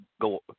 go